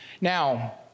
Now